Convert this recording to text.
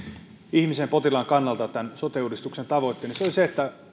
ihmisen potilaan kannalta tämän sote uudistuksen tavoitteen niin se on se että